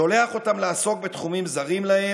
שולח אותם לעסוק בתחומים זרים להם,